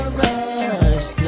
rush